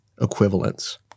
equivalence